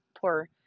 poor